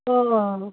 অঁ অঁ